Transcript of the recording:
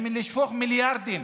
ולשפוך מיליארדים